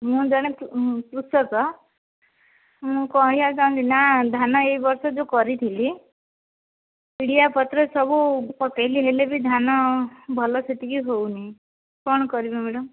ମୁଁ ଜଣେ କୃଷକ ମୁଁ କହିବାକୁ ଚାହୁଁଛି ନା ଧାନ ଏଇ ବର୍ଷ ଯେଉଁ କରିଥିଲି ପିଡ଼ିଆ ପତ୍ର ସବୁ ପକେଇଲି ହେଲେ ବି ଧାନ ଭଲ ସେତିକି ହଉନି କଣ କରିବି ମ୍ୟାଡ଼ମ୍